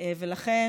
לכן,